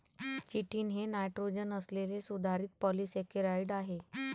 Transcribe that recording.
chitin हे nitrogen असलेले सुधारित पॉलिसेकेराइड आहे